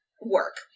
work